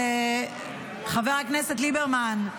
חבר הכנסת ליברמן,